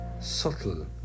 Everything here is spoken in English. subtle